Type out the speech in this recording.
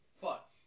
fuck